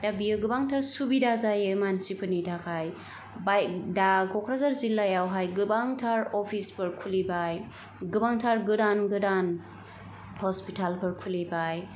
दा बियो गोबांथार सुबिदा जायो मानसिफोरनि थाखाय दा ककराझार जिल्लायाव हाय गोबांथार अफिसफोर खुलिबाय गोबांथार गोदान गोदान हस्पिटालफोर खुलिबाय